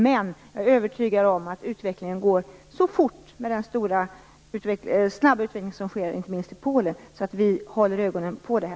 Men jag är övertygad om att utvecklingen går så fort - inte minst genom den snabba utveckling som sker i Polen - att vi måste hålla ögonen på detta.